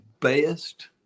best